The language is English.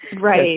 Right